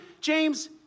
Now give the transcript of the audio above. James